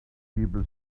people